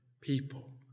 people